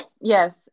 Yes